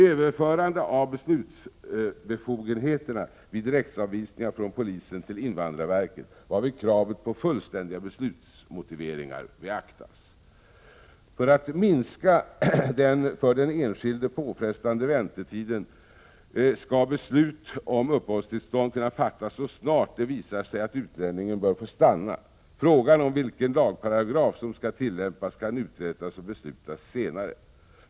Överförande av beslutsbefogenheterna vid direktavvisningarna från polisen till invandrarverket, varvid kravet på fullständiga beslutsmotiveringar beaktas. 3. För att minska den för den enskilde påfrestande väntetiden skall beslut om uppehållstillstånd kunna fattas så snart det visar sig att utlänningen bör få stanna. Frågan om vilken lagparagraf som skall tillämpas kan utredas och beslutas senare. 4.